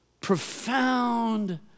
profound